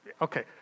Okay